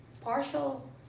Partial